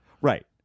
right